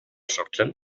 sortzen